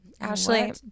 Ashley